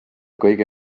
kõige